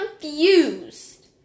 confused